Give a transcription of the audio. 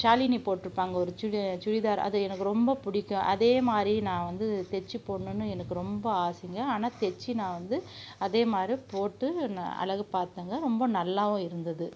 ஷாலினி போட்டிருப்பாங்க ஒரு சுடி சுடிதார் அது எனக்கு ரொம்ப பிடிக்கும் அதே மாதிரி நான் வந்து தைச்சி போடணுன்னு எனக்கு ரொம்ப ஆசைங்கள் ஆனால் தைச்சி நான் வந்து அதே மாதிரி போட்டு நான் அழகு பார்த்தேங்க ரொம்ப நல்லாவும் இருந்தது